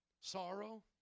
sorrow